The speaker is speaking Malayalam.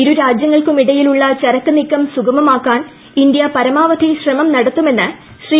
ഇരു രാജ്യങ്ങൾക്കിടയിലുമുള്ള ചരക്ക് നീക്കം സുഗമമാക്കാൻ ഇന്ത്യ പരമാവധി ശ്രമം നടത്തുമെന്ന് ശ്രീ